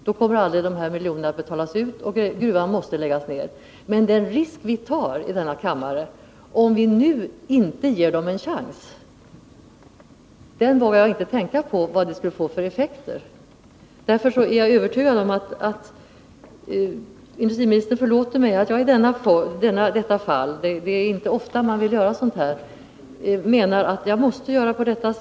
Då kommer aldrig de här miljonerna att betalas ut, och gruvan måste läggas ned. Men om vi nu i denna kammare inte ger bolaget en chans vågar jag inte tänka på vad det skulle få för effekter. Därför är jag övertygad om att industriministern förlåter mig. Jag menar att jag i detta fall måste agera som jag gör.